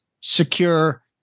secure